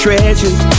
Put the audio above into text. Treasures